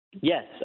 Yes